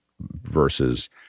versus